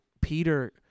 Peter